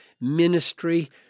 ministry